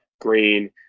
Green